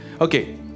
Okay